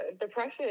depression